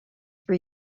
for